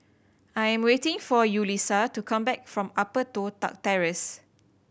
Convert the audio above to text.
I am waiting for Yulissa to come back from Upper Toh Tuck Terrace